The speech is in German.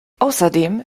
außerdem